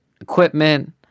equipment